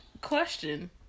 question